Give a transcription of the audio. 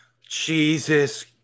Jesus